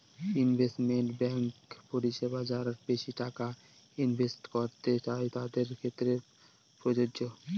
investment banking পরিষেবা যারা বেশি টাকা ইনভেস্ট করতে চাই তাদের ক্ষেত্রে প্রযোজ্য